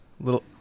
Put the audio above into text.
Little